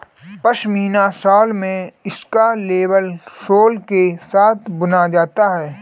pashmina shawl में इसका label सोल के साथ बुना जाता है